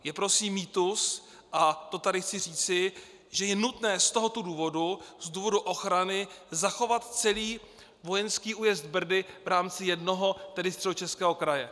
Je prosím mýtus, a to tady chci říci, že je nutné z tohoto důvodu, z důvodu ochrany, zachovat celý vojenský újezd Brdy v rámci jednoho, tedy Středočeského, kraje.